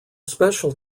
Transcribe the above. special